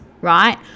right